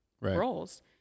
roles